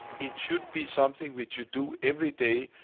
it should be something which you do every day,